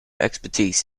expertise